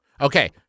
Okay